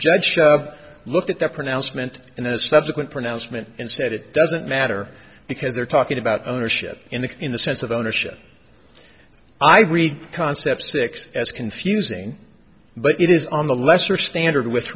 judge looked at the pronouncement and the subsequent pronouncement and said it doesn't matter because they're talking about ownership in the in the sense of ownership i read concept six as confusing but it is on the lesser standard with